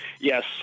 yes